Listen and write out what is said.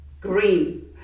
green